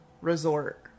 resort